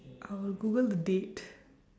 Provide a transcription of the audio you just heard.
I will google the date